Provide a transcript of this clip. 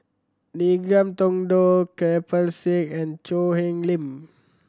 Ngiam Tong Dow Kirpal Singh and Choo Hwee Lim